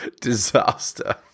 Disaster